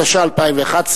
התשע"א 2011,